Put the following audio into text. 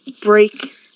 break